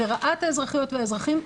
היא לרעת האזרחיות והאזרחים,